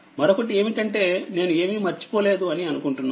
మరొకటి ఏమిటంటే నేను ఏమీ మర్చిపోలేదు అని అనుకుంటున్నాను